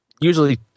Usually